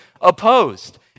opposed